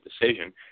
decision